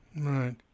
Right